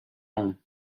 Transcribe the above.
home